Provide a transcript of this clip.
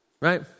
right